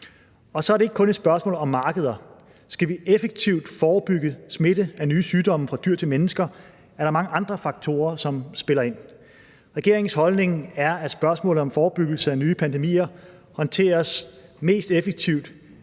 Og så er det ikke kun et spørgsmål om markeder. Skal vi effektivt forebygge smitte af nye sygdomme fra dyr til mennesker, er der mange andre faktorer, som spiller ind. Regeringens holdning er, at spørgsmålet om forebyggelse af nye pandemier håndteres mest effektivt